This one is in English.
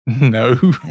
No